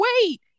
wait